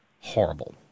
horrible